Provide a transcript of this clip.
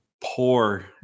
poor